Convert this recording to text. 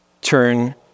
turn